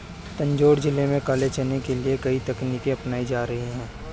तंजौर जिले में काले चने के लिए नई तकनीकें अपनाई जा रही हैं